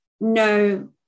no